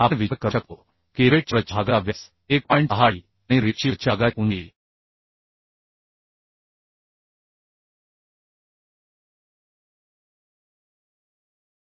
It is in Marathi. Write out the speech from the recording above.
आता सामान्यतः वापरल्या जाणार्या रिवेट्स हे स्नॅप हेड स्नॅप हेडसारखे असतात जेथे डोक्याचे परिमाण निश्चित केले जाते